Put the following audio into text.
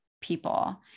people